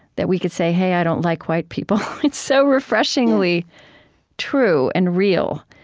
that we could say, hey, i don't like white people, it's so refreshingly true and real